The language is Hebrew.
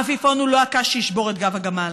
העפיפון הוא לא הקש שישבור את גב הגמל